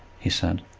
he said,